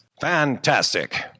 Fantastic